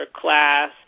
class